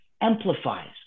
amplifies